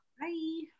bye